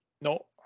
No